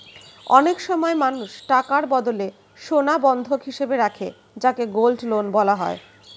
অনেক সময় মানুষ টাকার বদলে সোনা বন্ধক হিসেবে রাখে যাকে গোল্ড লোন বলা হয়